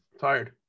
tired